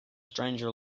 stranger